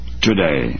today